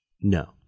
No